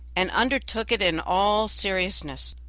and undertook it in all seriousness.